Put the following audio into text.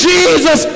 Jesus